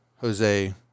Jose